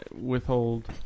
withhold